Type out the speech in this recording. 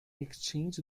exchanged